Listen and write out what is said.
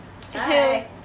Hi